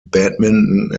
badminton